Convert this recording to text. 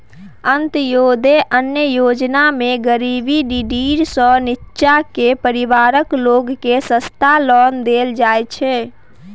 अंत्योदय अन्न योजनामे गरीबी डिडीर सँ नीच्चाँ केर परिबारक लोककेँ सस्ता ओन देल जाइ छै